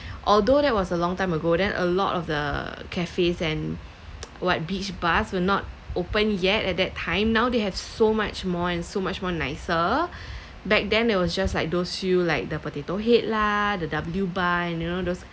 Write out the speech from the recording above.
although that was a long time ago then a lot of the cafes and what beach bars were not opened yet at that time now they have so much more and so much more nicer back then there was just like those you like the potato head lah the W bar and you know those